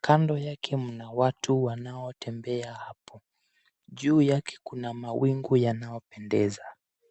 kando yake mna watu wanaotembea hapo, juu yake kuna mawingu yanayopendeza.